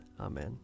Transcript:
Amen